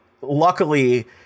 luckily